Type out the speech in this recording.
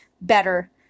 better